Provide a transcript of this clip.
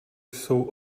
jsou